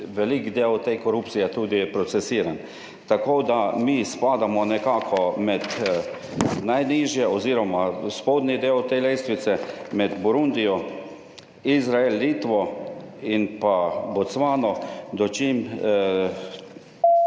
velik del te korupcije tudi procesiran. Tako da mi spadamo nekako med najnižje oziroma spodnji del te lestvice, med Burundijo, Izrael, Litvo in pa Bocvano. Dočim